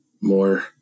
more